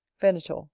venator